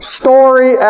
story